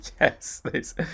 yes